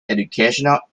educational